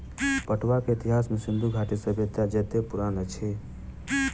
पटुआ के इतिहास सिंधु घाटी सभ्यता जेतै पुरान अछि